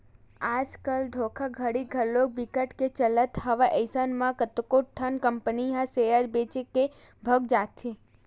आज कल धोखाघड़ी घलो बिकट के चलत हवय अइसन म कतको ठन कंपनी ह सेयर बेच के भगा जाथे